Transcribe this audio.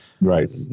Right